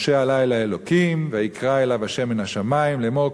ומשה עלה אל האלוקים ויקרא אליו ה' מן השמים לאמור,